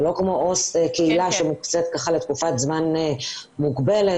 זה לא כמו קהילה שמוקצית לתקופת זמן מוגבלת.